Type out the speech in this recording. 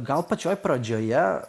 gal pačioj pradžioje